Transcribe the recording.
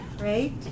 right